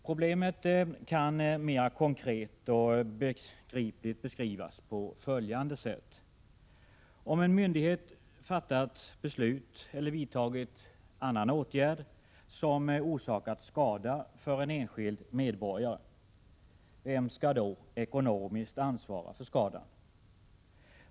Problemet kan mera konkret beskrivas på följande sätt: Om en myndighet har fattat beslut eller vidtagit annan åtgärd som orsakat skada för en enskild medborgare, vem skall då ekonomiskt ansvara för skadan?